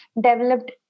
developed